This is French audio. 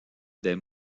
des